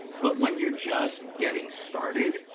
but when you're just getting started,